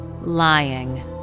Lying